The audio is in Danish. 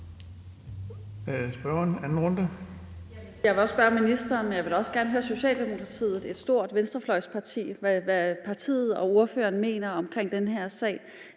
Jeg vil godt spørge ministeren, men jeg vil da også gerne høre, hvad Socialdemokratiet, et stort grønt venstrefløjsparti, og ordføreren mener om den her sag.